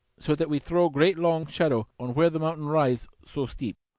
so that we throw great long shadow on where the mountain rise so steep.